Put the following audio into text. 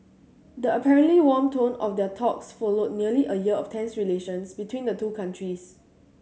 the apparently warm tone of their talks followed nearly a year of tense relations between the two countries